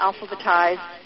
alphabetized